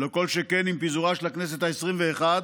ולא כל שכן עם פיזורה של הכנסת העשרים-ואחת,